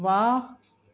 ਵਾਹ